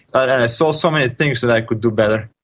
i saw so many things that i could do better.